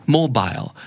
Mobile